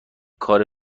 کار